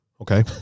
Okay